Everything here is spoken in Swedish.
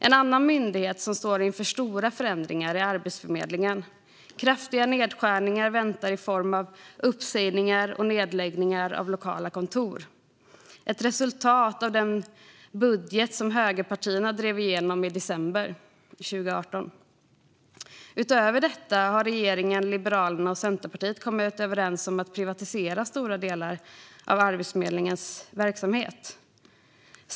En annan myndighet som står inför stora förändringar är Arbetsförmedlingen. Kraftiga nedskärningar väntar i form av uppsägningar och nedläggningar av lokala kontor - ett resultat av den budget som högerpartierna drev igenom i december 2018. Utöver detta har regeringen, Liberalerna och Centerpartiet kommit överens om att privatisera stora delar av Arbetsförmedlingens verksamhet.